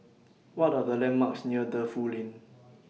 What Are The landmarks near Defu Lane